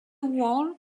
wall